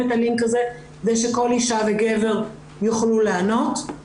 את הלינק הזה כדי שכל אישה וגבר יוכלו להיענות.